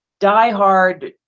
diehard